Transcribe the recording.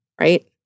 right